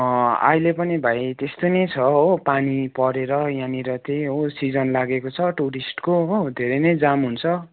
अहिले पनि भाइ त्यस्तै नै छ हो पानी परेर यहाँनिर त्यही हो सिजन लागेको छ टुरिस्टको हो धेरै नै जाम हुन्छ